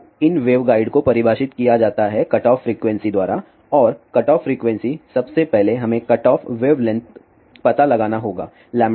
तो इन वेवगाइड को परिभाषित किया जाता है कटऑफ फ्रीक्वेंसी द्वारा और कटऑफ फ्रीक्वेंसी सबसे पहले हमें कटऑफ वेवलेंथ पता लगाना होगा cc2a